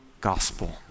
gospel